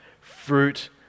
fruit